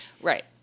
Right